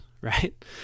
right